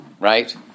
Right